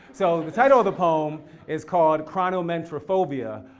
so the title of the poem is called chronomentrophobia,